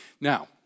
Now